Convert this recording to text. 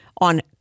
on